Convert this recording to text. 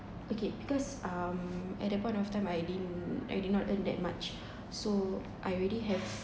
okay because um at that point of time I didn't I did not earn that much so I already have